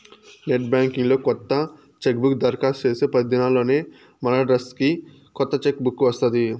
net banking లో కొత్త cheque book దరకాస్తు చేస్తే పది దినాల్లోనే మనడ్రస్కి కొత్త చెక్ బుక్ వస్తాది